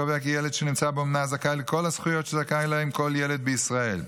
קובע כי ילד שנמצא באומנה זכאי לכל הזכויות שזכאי להן כל ילד בישראל.